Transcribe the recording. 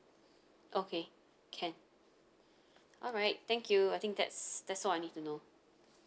okay can alright thank you I think that's that's all I need to know